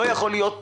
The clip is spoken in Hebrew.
לא יכול להיות